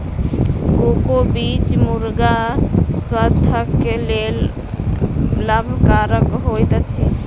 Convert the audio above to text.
cocoa बीज गुर्दा स्वास्थ्यक लेल लाभकरक होइत अछि